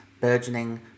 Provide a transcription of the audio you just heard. burgeoning